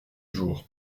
jours